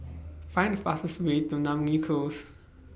Find The fastest Way to Namly Close